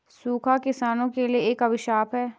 सूखा किसानों के लिए एक अभिशाप है